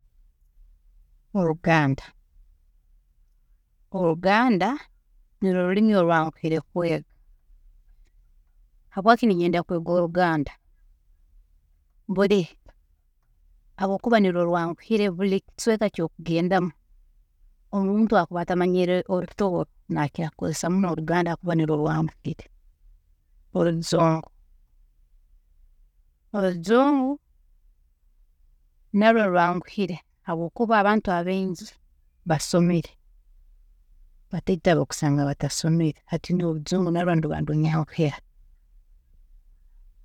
Oluganda, oluganda nirwe rurimi orwanguhire kwega, habwaki ninyenda kwega oluganda, buri, habwokuba nirwe rwanguhire, buri kicweeka eki okugendamu, omuntu akuba atamanyire orutooro, nakira kukozesa muno oluganda habwokuba nirwe rwanguhire. Orujungu, orujungu narwe rwanguhire habwokuba abantu abaingi basomere, batoito abu okusanga batasomere hati nyowe orujungu narwe niruba nirunyanguhira.